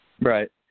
Right